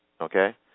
Okay